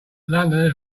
londoners